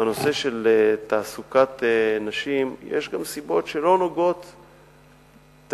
בנושא של תעסוקת נשים יש גם סיבות שלא נוגעות תמיד,